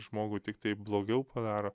ir žmogų tiktai blogiau padaro